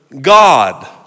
God